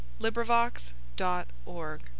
LibriVox.org